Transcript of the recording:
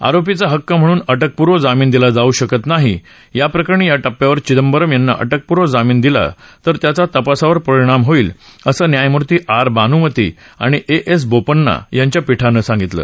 आरोपीचा हक्क म्हणून अटकपूर्व जामीन दिला जाऊ शकत नाही याप्रकरणी या टप्प्यावर चिदंबरम यांना अटकपूर्व जामीन दिला तर त्याचा तपासावर परिणाम होईल असं न्यायमुर्ती आर बानुमती आणि ए एस बोपन्ना यांच्या पीठानं सांगितलं